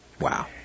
Wow